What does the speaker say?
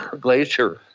glacier